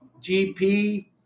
GP